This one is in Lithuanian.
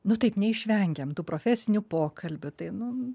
nu taip neišvengiam tų profesinių pokalbių tai nu